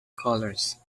colors